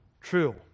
true